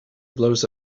blows